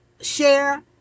share